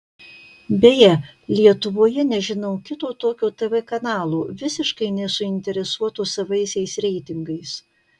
beje lietuvoje nežinau kito tokio tv kanalo visiškai nesuinteresuoto savaisiais reitingais